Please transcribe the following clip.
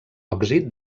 òxid